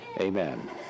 Amen